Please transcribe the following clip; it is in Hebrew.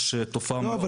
לא,